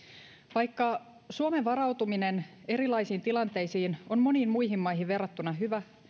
vaikka suomen varautuminen erilaisiin tilanteisiin on moniin muihin maihin verrattuna hyvä